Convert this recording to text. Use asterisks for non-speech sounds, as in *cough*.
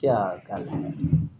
ਕਯਾ *unintelligible*